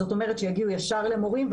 זאת אומרת שיגיעו ישר למורים,